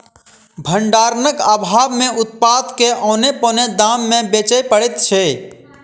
भंडारणक आभाव मे उत्पाद के औने पौने दाम मे बेचय पड़ैत छै